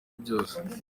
byose